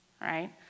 right